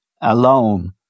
alone